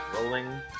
rolling